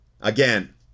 Again